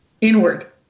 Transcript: inward